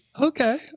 Okay